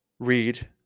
Read